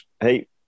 hey